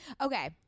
Okay